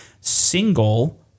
single